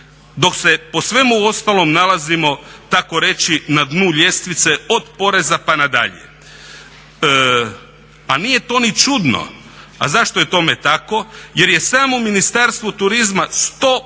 dok se po svemu ostalom nalazimo tako reći na dnu ljestvice od poreza pa na dalje. Pa nije to ni čudno, a zašto je tome tako jer je samo Ministarstvo turizma 100% pod